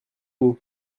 nous